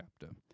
chapter